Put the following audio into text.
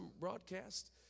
broadcast